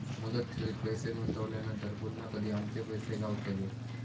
मुदत ठेवीत पैसे गुंतवल्यानंतर पुन्हा कधी आमचे पैसे गावतले?